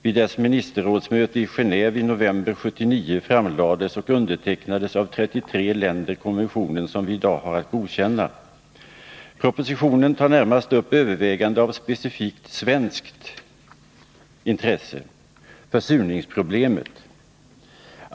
Vid dess ministerrådsmöte i Geneve i november 1979 framlades och undertecknades av 33 länder den konvention som vi i dag har att godkänna. Propositionen tar närmast upp överväganden av specifikt svenskt intresse —- försurningsproblemet.